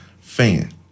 fan